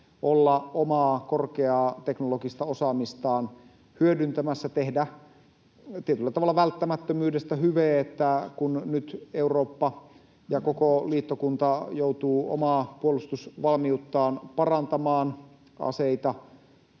olla omaa korkeaa teknologista osaamistaan hyödyntämässä, tehdä tietyllä tavalla välttämättömyydestä hyve, kun nyt Eurooppa ja koko liittokunta joutuvat omaa puolustusvalmiuttaan parantamaan. Aseita